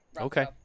Okay